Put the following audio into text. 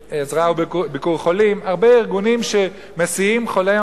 "ביקור חולים" הרבה ארגונים שמסיעים חולי